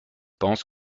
pensent